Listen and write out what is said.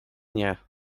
nie